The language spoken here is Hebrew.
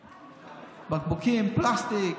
בקבוקים, פלסטיק,